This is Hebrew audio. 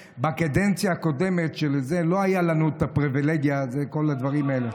בקדנציה הקודמת לא הייתה לנו הפריבילגיה הזאת לכל הדברים האלה.